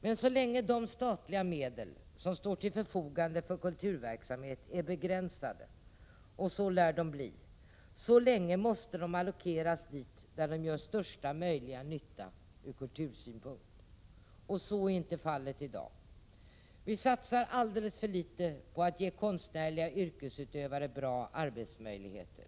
Men så länge de statliga medel som står till förfogande för kulturverksamhet är begränsade — och så lär de förbli — måste de allokeras dit där de gör största möjliga nytta ur kultursynpunkt. Så är inte fallet i dag. Det satsas alldeles för litet för att konstnärliga yrkesutövare skall få bra arbetsmöjligheter.